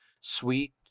sweet